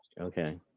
Okay